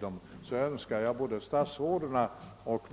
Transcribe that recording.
Jag öns kar att de båda statsråden och